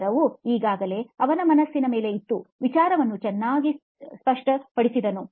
ಉತ್ತರವು ಈಗಾಗಲೇ ಅವನ ಮನಸ್ಸಿನ ಮೇಲೆ ಇತ್ತು ವಿಚಾರವನ್ನು ಚೆನ್ನಾಗಿ ಸ್ಪಷ್ಟಪಡಿಸಿದನು